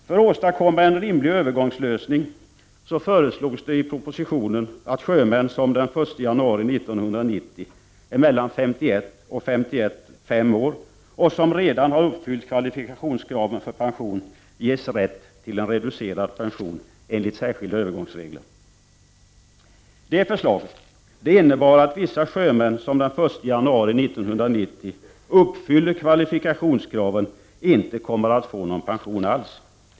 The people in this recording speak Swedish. För att åstadkomma en rimlig övergångslösning föreslås i propositionen att sjömän som den 1 januari 1990 är mellan 51 och 55 år och som redan har uppfyllt kvalifikationskraven för pension ges rätt till en reducerad pension enligt särskilda övergångsregler. Det förslaget innebär att vissa sjömän som den 1 januari 1990 uppfyller kvalifikationskraven inte kommer att få någon pension alls.